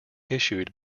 issued